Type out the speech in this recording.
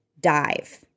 dive